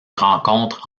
rencontre